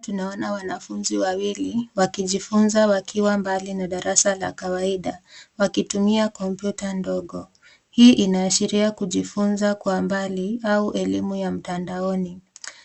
Tunaona wanafunzi wawili, wakijifunza wakiwa mbali na darasa la kawaida, wakitumia kompyuta ndogo. Hii inaashiria kujifunza kwa mbali, au elimu ya mtandaoni.